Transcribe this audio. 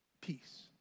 peace